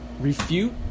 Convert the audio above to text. refute